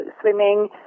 swimming